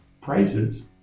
prices